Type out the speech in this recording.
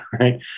right